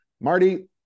Marty